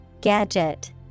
Gadget